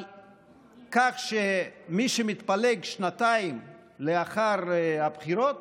שמי שמתפלג שנתיים לאחר הבחירות